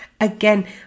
again